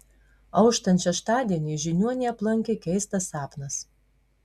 auštant šeštadieniui žiniuonį aplankė keistas sapnas